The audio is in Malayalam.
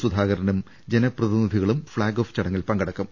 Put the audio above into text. സുധാകരനും ജനപ്രതിനിധികളും ഫ്ളാഗ് ഓഫ് ചട ങ്ങിൽ പങ്കെടുക്കും